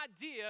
idea